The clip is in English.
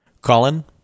colin